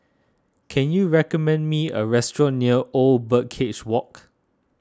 can you recommend me a restaurant near Old Birdcage Walk